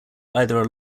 either